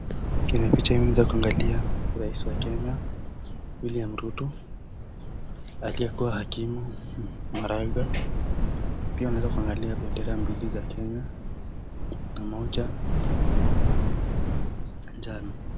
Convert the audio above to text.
Kenye picha wenza angalia rais wa kenya Williama Ruto, aliye hakimu Maraga, pia unaweza angalia bendera mbili za kenya namoja, ya kijano.